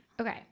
Okay